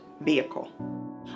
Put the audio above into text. vehicle